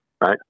right